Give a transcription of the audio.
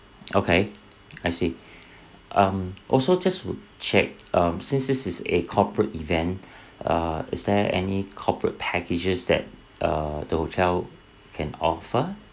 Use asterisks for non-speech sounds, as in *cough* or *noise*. okay I see um also just to check um since this is a corporate event *breath* uh is there any corporate packages that uh the hotel can offer